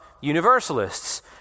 universalists